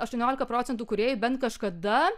aštuoniolika procentų kūrėjų bent kažkada